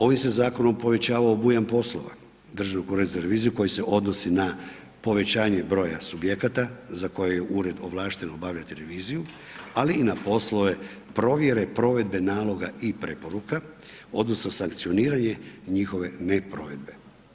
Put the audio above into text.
Ovim se zakonom povećava obujam poslova Državnog ureda za reviziju koji se odnosi na povećanje broja subjekata za koje je ured ovlašten obavljati reviziju, ali i na poslove provjere provedbe naloga i preporuka odnosno sankcioniranje njihove ne provedbe.